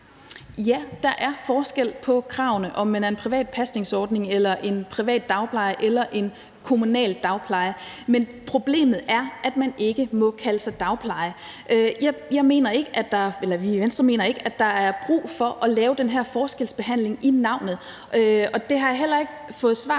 (V): Der er forskel på kravene, i forhold til om man er en privat pasningsordning, en privat dagpleje eller en kommunal dagpleje. Men problemet er, at man ikke må kalde sig dagpleje. I Venstre mener vi ikke, at der er brug for at have den her forskelsbehandling i navnet. Og jeg har heller ikke fra